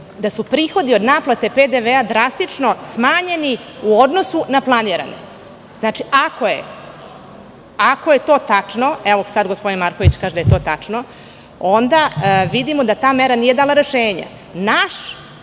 da su prihodi od naplate PDV drastično smanjeni u odnosu na planirane. Znači, ako je to tačno, a gospodin Marković kaže da je tačno, onda vidimo da ta mera nije dala rešenje. Naši